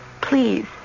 Please